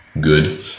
Good